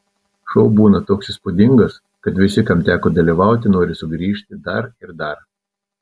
šou būna toks įspūdingas kad visi kam teko dalyvauti nori sugrįžti dar ir dar